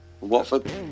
Watford